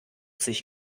sich